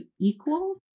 equal